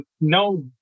no